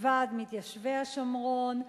ועד מתיישבי השומרון,